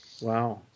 Wow